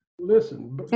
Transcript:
Listen